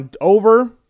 over